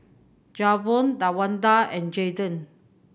Javon Tawanda and Jaiden